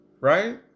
Right